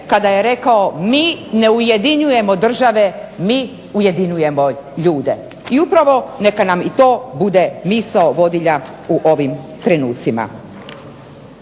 kada je rekao mi ne ujedinjujemo države, mi ujedinjujemo ljude. I upravo neka nam i to bude misao vodilja u ovim trenutcima.